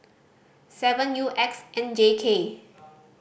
seven U X N J K